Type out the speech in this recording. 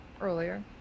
earlier